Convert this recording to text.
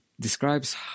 describes